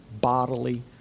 bodily